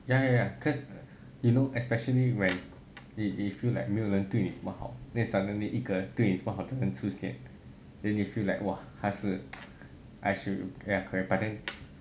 ya ya ya cause you know especially when you feel like 没有人对你怎么好 then suddenly 一个对你这么好的人出现 then you feel like !wah! 还是 I should ya correct but then